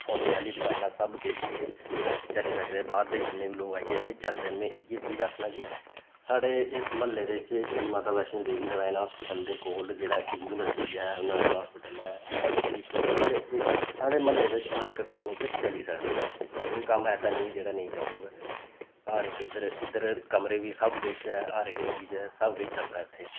फोनै आह्ली दकानां सब किश इत्थें चली सकदे बाह्र दे जिन्ने बी लोग आइयै इत्थें चलदे न मै इ'यो चीज़ आखना कि साढ़े इस म्हल्ले बिच्च श्री माता वैष्णो देवी नारायणा हास्पिटल दे कोल जेह्ड़ा इत्थें यूनिवर्सिटी ऐ नारायणा हास्पिटल ऐ डी पी एस स्कूल ऐ एह् साढ़े म्हल्ले बिच हर इक कम्म इद्धर चली सकदा कोई कम्म ऐसा नी ऐ जेह्ड़ा नेईं चलग हर इक इद्धर इद्धर कमरे बी सब किश ऐ हर इक चीज ऐ सब किश चलदा इत्थें